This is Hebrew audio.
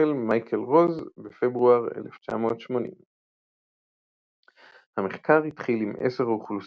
שהחל מייקל רוז בפברואר 1980. המחקר התחיל עם עשר אוכלוסיות,